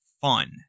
fun